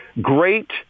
great